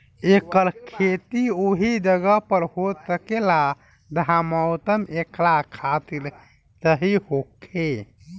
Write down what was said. एकर खेती ओहि जगह पर हो सकेला जहा के मौसम एकरा खातिर सही होखे